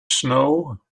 snow